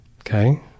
Okay